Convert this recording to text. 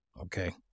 Okay